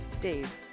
Dave